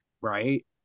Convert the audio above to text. Right